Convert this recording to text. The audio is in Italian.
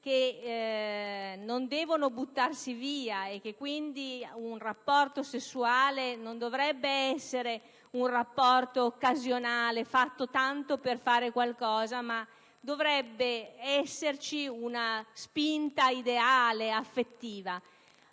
che non devono buttarsi via e che quindi un rapporto sessuale non dovrebbe essere occasionale, fatto tanto per fare qualcosa, ma dovrebbe seguire ad una spinta ideale e affettiva.